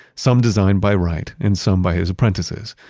some designed by wright and some by his apprentices,